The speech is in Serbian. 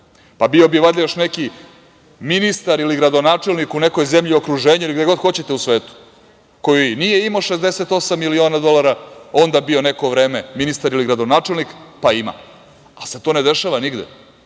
Pa, bio bi valjda još neki ministar ili gradonačelnik u nekoj zemlji u okruženju ili gde hoćete u svetu koji nije imao 68 miliona dolara, onda bio neko vreme ministar ili gradonačelnik. Pa, ima. Ali, to se ne dešava nigde.